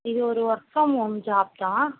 இது ஒரு work from home job தான்